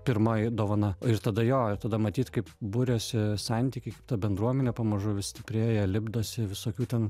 pirmoji dovana ir tada jo ir tada matyt kaip buriasi santykiai ta bendruomenė pamažu vis stiprėja lipdosi visokių ten